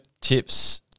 tips